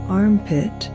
armpit